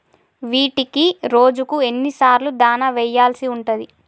వీటికి రోజుకు ఎన్ని సార్లు దాణా వెయ్యాల్సి ఉంటది?